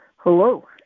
Hello